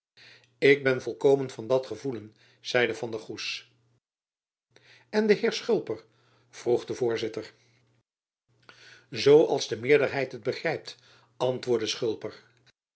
ik ben volkomen van dat gevoelen zeide van der goes en de heer schulper vroeg de voorzitter zoo als de meerderheid het begrijpt antwoordde schulper